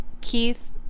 Keith